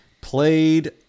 played